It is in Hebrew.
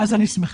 אז אני שמחה.